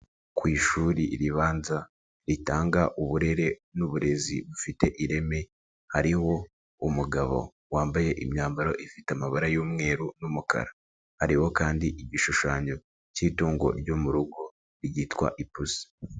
Ku ishuri ribanza, ritanga uburere n'uburezi bufite ireme, hariho umugabo wambaye imyambaro ifite amabara y'umweru n'umukara. Hariho kandi igishushanyo k'itungo ryo mu rugo ryitwa ipusi.